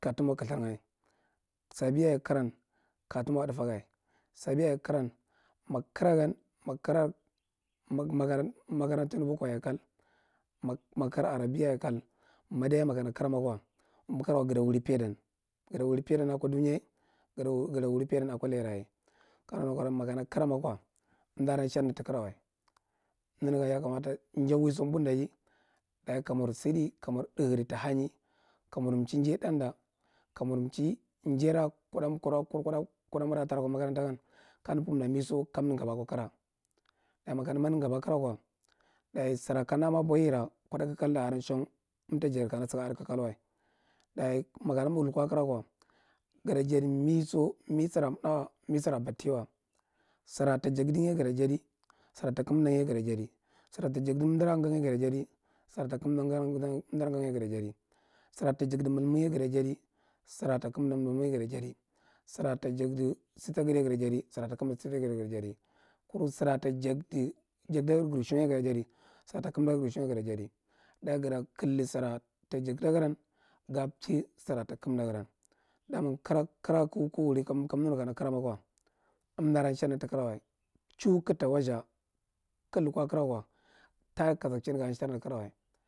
Ta mwa kilthirnga sabi yaye karan kaya to mwa a ɗafaga sabi yaye karan mag kara gan- mag kara mag- mag- mag makarantar boko yaye kal, mag- mag kara arabiya yaye kal, madiyaye makana kara ma mwa mag kara goda wuri paidan. Gada wuri paidan akwa dunya ye, gada wuri paidan akwa laira ye. Ka naga nankaro’an, makana kara ma kwa, amda da nsharmi takara wa. Nanagan ya kamata nja waiso mbundaji dagi kamar sadi kamar ɗahadi ta hanyi kamur mchi njai ɗanda, kamar mchi njaina kuɗa- kuɗa- kuɗa- kuɗa mura tara akwa makaranta gan, kamda pumda miso kamda ngaba akwa kara. Dayi mamda ngaba akwa kara kwa, dayi sara kamda mwa abwahi kuɗa kalkalnda aran shang amta jadi kana ado kalkalwa. Dayi makana mig lukwa akwa kara kwa gada jadi miso, mi sara mna wa, mi sara battiwa. Sara ta jagding ye gada jadi sara ta kamdang ye gada jadi. Sara ta dagdi amdang ra nga ye gada jadi, sara ta kamda amdong ra nga ye goda jadi, sura ta kamda amdong ra nga ye gada jadi. Sara ta jagdi malmang ye gada jadi, sara ta kamda malmang ye gada jadi. Sara ta jagda state nga gada jadi, sara ta kamda state nga ye gada jadi. Kuru sara ta jagdagar gar shang ye gada jadi, sara ta kamdagir gar shang ye gada jadi. Dayi gada kaldi sara ta jangda garan ga mchi sara ta kamdagaran. Dama kira kig- kig wuri kamda nu kana kara makwa amda da nshar ta kara wa, chu kigta wastha kig lukwa kara makwa ta kasanchin ga nshar taka kara.